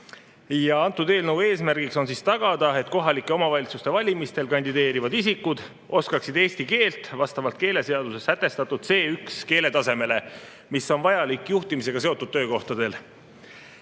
Antud eelnõu eesmärk on tagada, et kohalike omavalitsuste valimistel kandideerivad isikud oskaksid eesti keelt vastavalt keeleseaduses sätestatud C1-keeletasemele, mis on vajalik juhtimisega seotud töökohtadel.